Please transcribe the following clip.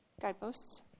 Guideposts